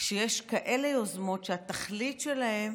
כשיש יוזמות כאלה שהתכלית שלהן